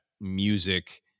music